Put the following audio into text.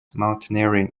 mountaineering